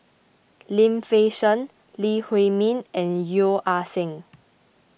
Lim Fei Shen Lee Huei Min and Yeo Ah Seng